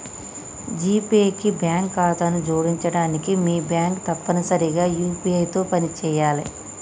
GPay కి bank ఖాతాను జోడించడానికి మీ బ్యాంక్ తప్పనిసరిగా యూ.పీ.ఐ తో పనిచేయాలే